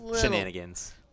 shenanigans